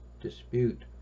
dispute